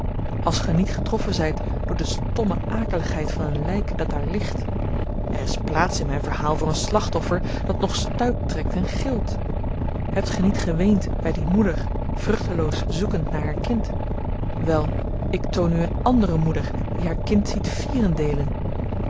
als ge niet getroffen zyt door de stomme akeligheid van een lyk dat daar ligt er is plaats in myn verhaal voor een slachtoffer dat nog stuiptrekt en gilt hebt ge niet geweend by die moeder vruchteloos zoekend naar haar kind wèl ik toon u een andere moeder die haar kind ziet